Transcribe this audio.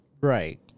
Right